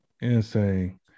Insane